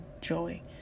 joy